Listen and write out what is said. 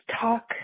talk